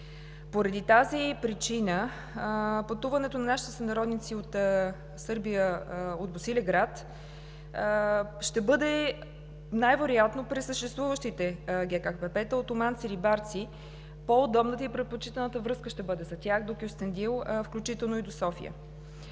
Поради тази причина пътуването на нашите сънародници от Сърбия, от Босилеград ще бъде най-вероятно през съществуващите ГКПП „Олтоманци – Рибарци“ – по-удобната и предпочитаната връзка ще бъде за тях до Кюстендил, а включително и до София.